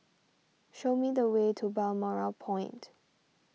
show me the way to Balmoral Point